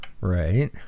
Right